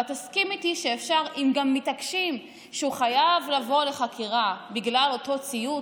אבל תסכים איתי שגם אם מתעקשים שהוא חייב לבוא לחקירה בגלל אותו ציוץ,